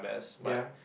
ya